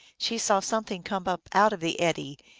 she saw something come up out of the eddy,